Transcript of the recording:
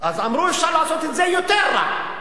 אז אמרו: אפשר לעשות את זה יותר רע.